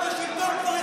אתם בשלטון כבר 20 שנה.